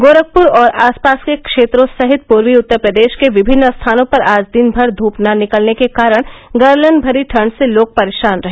गोरखप्र और आसपास के क्षेत्रों सहित पूर्वी उत्तर प्रदेश के विमिन्न स्थानों पर आज दिन भर ध्यप न निकलने के कारण गलन भरी ठंड से लोग परेशान रहे